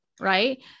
Right